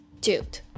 dude